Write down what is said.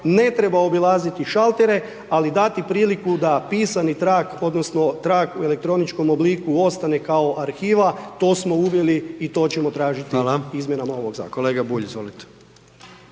ne treba obilaziti šaltere, ali dati priliku da pisani trag, odnosno trag u elektroničkom obliku ostane kao arhiva, to smo uveli i to ćemo tražiti izmjenama ovog zakona.